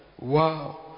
Wow